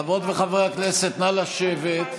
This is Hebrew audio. חברות וחברי הכנסת, נא לשבת.